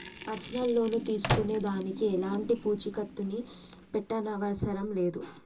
personal loan తీసుకునే దానికి ఎలాంటి పూచీకత్తుని పెట్టనవసరం లేదు